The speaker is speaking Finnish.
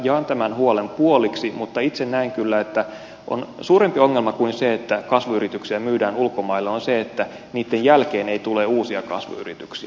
jaan tämän huolen puoliksi mutta itse näen kyllä että suurempi ongelma kuin se että kasvuyrityksiä myydään ulkomaille on se että niitten jälkeen ei tule uusia kasvuyrityksiä